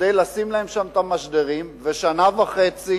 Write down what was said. כדי לשים להם שם את המשדרים, ושנה וחצי,